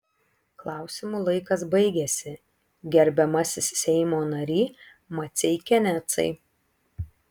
klausimų laikas baigėsi gerbiamasis seimo nary maceikianecai